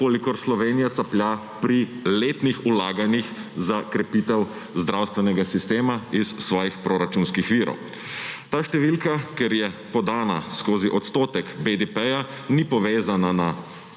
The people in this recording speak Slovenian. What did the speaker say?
kolikor Slovenija caplja pri letnih vlaganjih za krepitev zdravstvenega sistema iz svojih proračunskih virov. Ta številka, ker je podana skozi odstotek BDP, ni povezana z